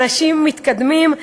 אנשים מתקדמים,